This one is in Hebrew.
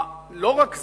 לא רק זה,